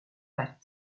pattes